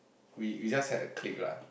we we just had a click lah